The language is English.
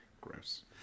Gross